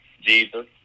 Jesus